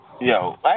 Yo